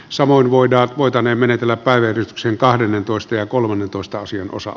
samoin voidaan voitane menetellä parveili sen kahdennentoista ja kolmannentoista asian osa